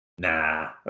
Nah